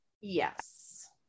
Yes